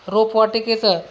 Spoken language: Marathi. रोपवाटिकेचं